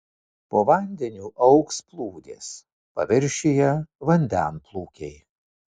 po vandeniu augs plūdės paviršiuje vandenplūkiai